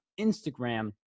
Instagram